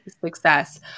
success